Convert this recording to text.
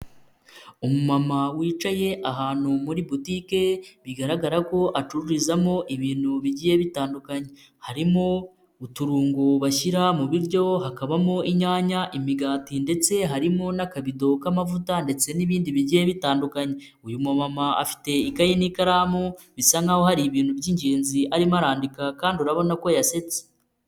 Umumama wicaye ahantu muri butike bigaragara ko acururizamo ibintu bigiye bitandukanye, harimo uturungo bashyira mu biryo hakabamo inyanya, imigati ndetse harimo n'akabidoho k'amavuta ndetse n'ibindi bigiye bitandukanye, uyu mumama afite ikaye n'ikaramu bisa nkaho hari ibintu by'ingenzi arimo arandika kandi urabona ko yasetse.